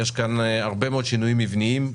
יש הרבה מאוד שינויים מבניים,